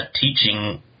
teaching